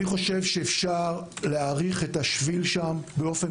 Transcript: אני חושב שאפשר להאריך את השביל שם באופן